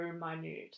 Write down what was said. minute